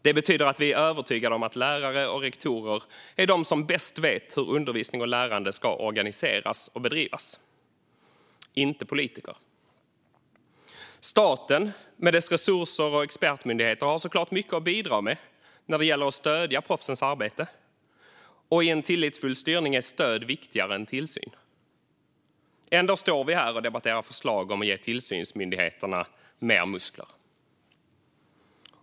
Det betyder att vi är övertygade om att lärare och rektorer, inte politiker, är de som vet bäst hur undervisning och lärande ska organiseras och bedrivas. Staten med dess resurser och expertmyndigheter har såklart mycket att bidra med när det gäller att stödja proffsens arbete, och i en tillitsfull styrning är stöd viktigare än tillsyn. Ändå står vi här och debatterar förslag om att ge tillsynsmyndigheterna mer muskler.